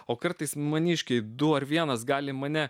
o kartais maniškiai du ar vienas gali mane